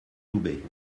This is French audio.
loubet